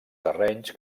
terrenys